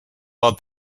out